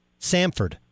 Samford